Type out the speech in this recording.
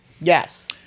Yes